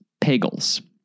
Pagels